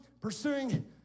pursuing